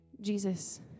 Jesus